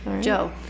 Joe